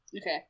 Okay